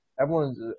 Everyone's